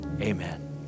amen